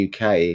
UK